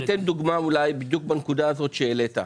אני אתן דוגמה בדיוק בנקודה הזו שהעלית.